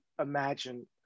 imagine